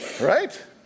Right